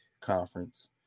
Conference